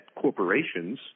corporations